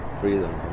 freedom